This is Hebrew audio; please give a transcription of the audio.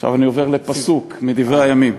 עכשיו אני עובר לפסוק מדברי הימים.